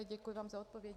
Děkuji vám za odpovědi.